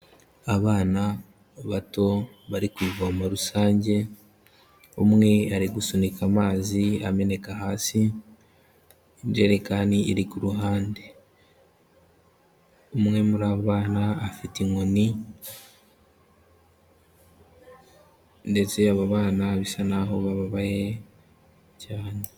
Abana bato bari ku ivomo rusange, umwe ari gusunika amazi ameneka hasi, injerekani iri ku ruhande, umwe muri abo bana afite inkoni ndetse abo bana bisa n'aho bababaye cyane.